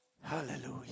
hallelujah